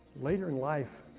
later in life,